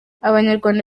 abanyarwanda